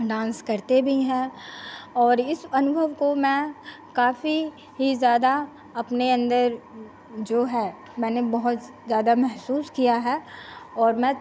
dance करते भी हैं और इस अनुभव को मैं काफ़ी ही ज़्यादा अपने अन्दर जो है मैंने बहुत ज़्यादा महसूस किया है और मैं